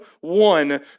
one